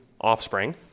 offspring